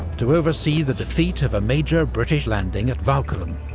to oversee the defeat of a major british landing at walcheren.